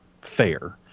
fair